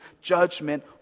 judgment